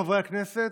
חברי הכנסת,